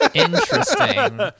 Interesting